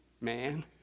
man